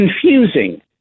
confusing